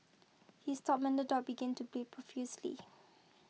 he stopped when the dog began to bleed profusely